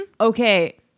Okay